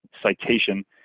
citation